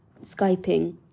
Skyping